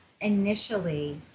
initially